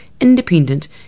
Independent